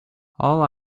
all